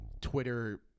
Twitter